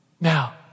Now